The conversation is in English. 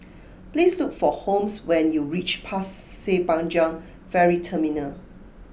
please look for Holmes when you reach Pasir Panjang Ferry Terminal